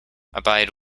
abide